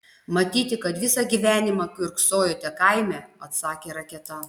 matyti kad visą gyvenimą kiurksojote kaime atsakė raketa